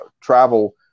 travel